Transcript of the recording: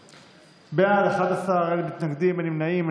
בעד, 11, אין מתנגדים, אין נמנעים.